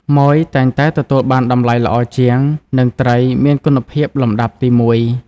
ម៉ូយ តែងតែទទួលបានតម្លៃល្អជាង និងត្រីមានគុណភាពលំដាប់ទីមួយ។